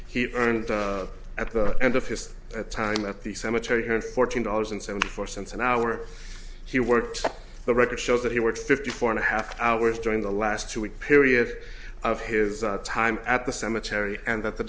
he earned at the end of his time at the cemetery here and fourteen dollars and seventy four cents an hour he worked the record shows that he worked fifty four and a half hours during the last two week period of his time at the cemetery and that the